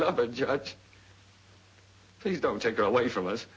love a judge please don't take her away from us